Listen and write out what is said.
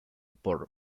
por